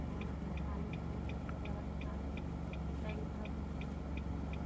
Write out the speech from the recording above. और हम पानी की व्यवस्था टेंकरों से करते हैं